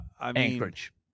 Anchorage